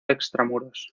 extramuros